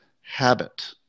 Habit